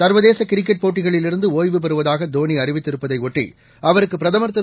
சர்வதேச கிரிக்கெட் போட்டிகளிலிருந்து ஒய்வுபெறுவதாக தோனி அறிவித்திருப்பதை ஒட்டி அவருக்கு பிரதமர் திரு